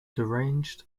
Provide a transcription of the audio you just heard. deranged